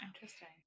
Interesting